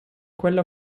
quella